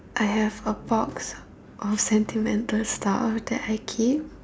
I have a box of sentimental stuff that I keep